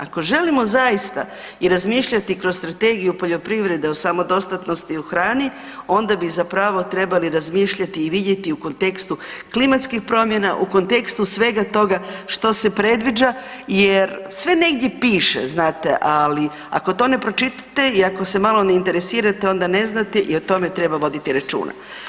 Ako želimo zaista i razmišljati kroz strategiju poljoprivrede o samodostatnosti u hrani, onda bi zapravo trebali razmišljati i vidjeti u kontekstu klimatskih promjena, u kontekstu svega toga što se predviđa jer sve negdje piše znate, ali ako to ne pročitate i ako se malo ne interesirate, onda ne znate i o tome treba voditi računa.